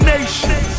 Nation